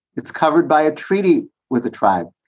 it's covered by a treaty with the tribe.